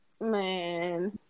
Man